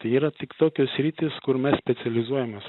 tai yra tik tokios sritys kur mes specializuojamės